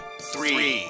Three